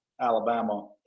Alabama